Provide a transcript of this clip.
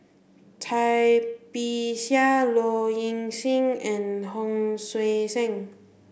Cai Bixia Low Ing Sing and Hon Sui Sen